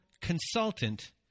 consultant